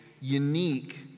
unique